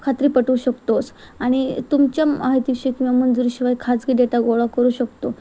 खात्री पटवू शकतोच आणि तुमच्या माहिती शि किंवा मंजूरीशिवाय खाजगी डेटा गोळा करू शकतो